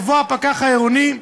יבוא הפקח העירוני,